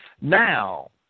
Now